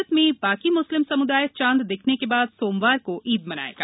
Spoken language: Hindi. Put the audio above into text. भारत में बाकी म्स्लिम सम्दाय चांद दिखने के बाद सोमवार को ईद मनाएगा